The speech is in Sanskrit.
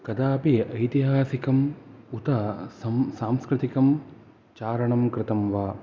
कदापि ऐतिहासिकं उत सांस्कृतिकं चारणं कृतं वा